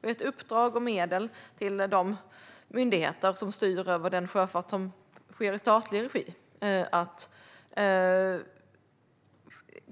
Vi har gett uppdrag och medel till de myndigheter som styr över den sjöfart som sker i statlig regi